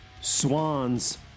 Swans